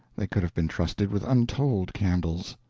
they could have been trusted with untold candles.